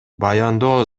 баяндоо